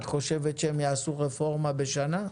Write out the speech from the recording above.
את חושבת שהם יעשו רפורמה בשנה?